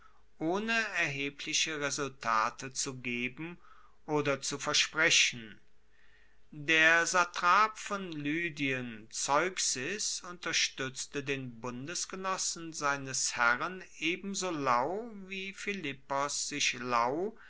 ohne erhebliche resultate zu geben oder zu versprechen der satrap von lydien zeuxis unterstuetzte den bundesgenossen seines herren ebenso lau wie philippos sich lau